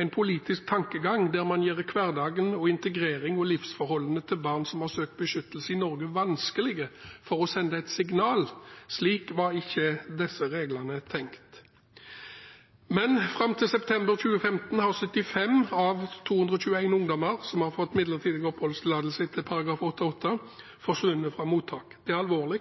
en politisk tankegang der man gjør hverdagen, integreringen og livsforholdene til barn som har søkt beskyttelse i Norge, vanskelig – for å sende et signal. Slik var ikke disse reglene tenkt. Fram til september 2015 har 75 av 221 ungdommer som har fått midlertidig oppholdstillatelse etter utlendingsforskriften § 8-8, forsvunnet fra mottak. Det er alvorlig.